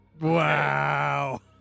Wow